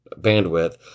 bandwidth